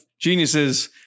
geniuses